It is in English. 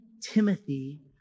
Timothy